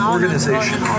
organization